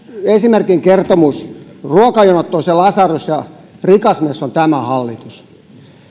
esimerkin kertomus ruokajonot on se lasarus ja rikas mies on tämä hallitus